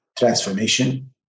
Transformation